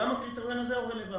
גם הקריטריון הזה הוא רלוונטי.